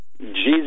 jesus